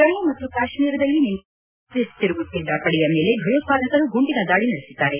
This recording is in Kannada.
ಜಮ್ಮು ಮತ್ತು ಕಾಶ್ಮೀರದಲ್ಲಿ ನಿನ್ನೆ ಸಂಜಿ ಸೇನೆಯ ಗಸ್ತು ತಿರುಗುತ್ತಿದ್ದ ಪಡೆಯ ಮೇಲೆ ಭಯೋತ್ವಾದಕರು ಗುಂಡಿನ ದಾಳಿ ನಡೆಸಿದ್ದಾರೆ